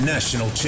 National